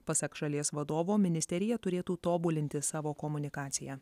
pasak šalies vadovo ministerija turėtų tobulinti savo komunikaciją